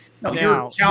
Now